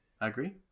agree